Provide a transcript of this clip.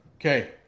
okay